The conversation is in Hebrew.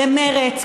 למרצ,